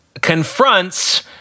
confronts